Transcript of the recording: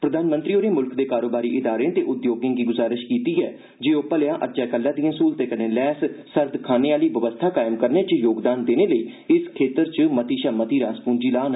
प्रधानमंत्री होरें मुल्ख दे कारोबारी इदारें ते उद्योगें गी गुजारिश कीती ऐ जे ओह् भलेआं अज्जै कल्लै दिएं स्हूलतें कन्नै लैस सर्द खानें आह्ली बवस्था कायम करने च योगदान देने लेई इस खेतर च मती शा मती रास पूंजी लान